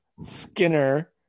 Skinner